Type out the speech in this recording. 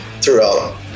throughout